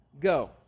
go